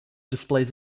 displays